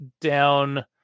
down